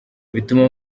bituma